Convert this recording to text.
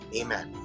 Amen